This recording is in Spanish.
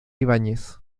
ibáñez